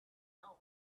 down